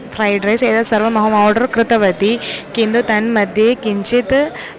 fried rice एतत् सर्वम् अहम् आर्डर् कृतवती किन्तु तन्मध्ये किञ्चित्